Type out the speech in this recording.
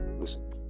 listen